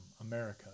America